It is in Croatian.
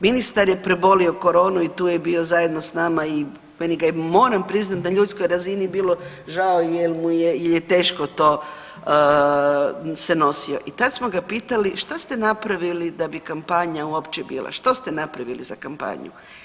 Ministar je prebolio koronu i tu je bio zajedno s nama i meni ga je, moram priznati na ljudskoj razini, bilo žao jer mu je, jer je teško to se nosio i tad smo ga pitali, šta ste napravili da bi kampanja uopće bila, što ste napravili za kampanju.